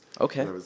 Okay